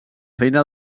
feina